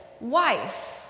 wife